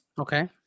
Okay